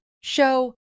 show